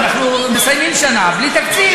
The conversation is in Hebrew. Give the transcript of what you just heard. אנחנו מסיימים שנה בלי תקציב,